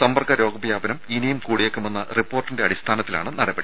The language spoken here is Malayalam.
സമ്പർക്ക രോഗവ്യാപനം ഇനിയും കൂടിയേക്കുമെന്ന റിപ്പോർട്ടിന്റെ അടിസ്ഥാനത്തിലാണ് നടപടി